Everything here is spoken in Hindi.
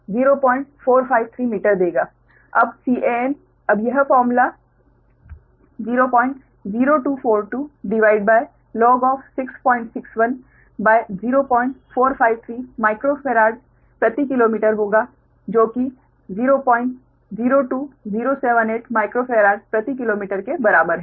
अब Can अब यह फॉर्मूला 00242log 6610453 माइक्रो फैराड प्रति किलोमीटर होगा जो कि 002078 माइक्रोफैराड प्रति किलोमीटर के बराबर है